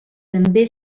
també